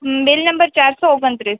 હંમ bill number ચારસો ઓગણત્રીસ